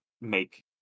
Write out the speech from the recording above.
make